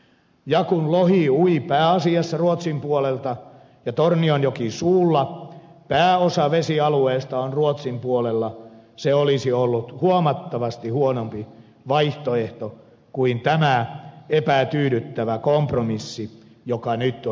ja kun lohi ui pääasiassa ruotsin puolelta ja kun tornionjokisuulla pääosa vesialueesta on ruotsin puolella se olisi ollut huomattavasti huonompi vaihtoehto kuin tämä epätyydyttävä kompromissi joka nyt on hyväksytty